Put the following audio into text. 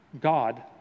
God